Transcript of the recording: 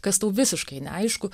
kas tau visiškai neaišku